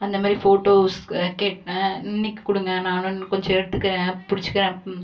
அந்தமாரி ஃபோட்டோஸ் கேட்டேன் இன்றைக்கு கொடுங்க நானும் கொஞ்சம் எடுத்துக்கிறேன் பிடிச்சிக்கிறேன்